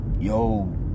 Yo